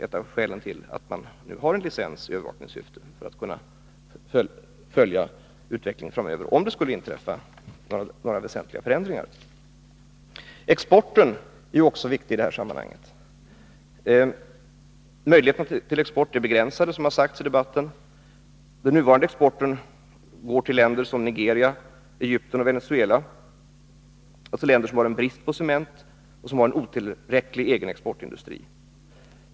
Ett av skälen till att man nu kommer att kräva licens i övervakningssyfte är just att ge regeringen möjlighet att följa utvecklingen och se om några väsentliga förändringar inträffar. Också exporten är viktig i det här sammanhanget. Möjligheterna till export är begränsade. Den nuvarande exporten går till länder som Nigeria, Egypten och Venezuela, dvs. länder som har brist på cement och en otillräcklig inhemsk exportindustri.